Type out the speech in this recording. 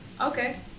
Okay